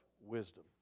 wisdom